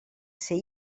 ser